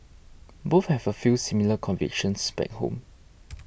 both have a few similar convictions back home